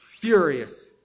furious